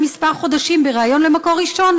כמה חודשים בריאיון ל"מקור ראשון",